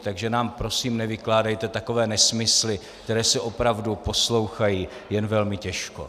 Takže nám prosím nevykládejte takové nesmysly, které se opravdu poslouchají jen velmi těžko.